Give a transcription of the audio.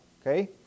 Okay